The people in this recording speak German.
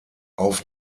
auf